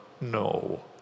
no